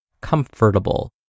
comfortable